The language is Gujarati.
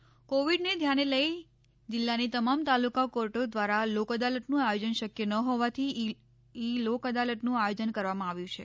લોક અદાલત કોવિડને ધ્યાને લઈ જિલ્લાની તમામ તાલુકા કોર્ટો દ્વારા લોક અદાલતનું આયોજન શક્ય ન હોવાથી ઈ લોક અદાલતનું આયોજન કરવામાં આવ્યું છે